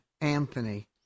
Anthony